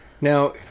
Now